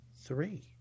three